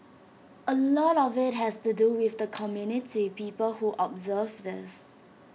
A lot of IT has to do with the community people who observe this